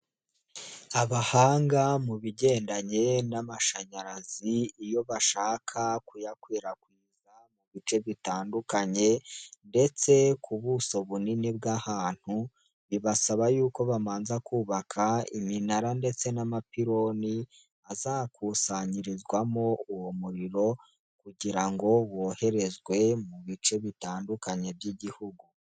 Abahanga mu bigendanye n'amashanyarazi, iyo bashaka kuyakwirakwiza mu bice bitandukanye ndetse ku buso bunini bw'ahantu, bibasaba yuko bamanza kubaka iminara ndetse n'amapiloni, azakusanyirizwamo uwo muriro kugira ngo woherezwe mu bice bitandukanye by'igihugu.